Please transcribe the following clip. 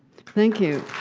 thank you!